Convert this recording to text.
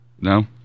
No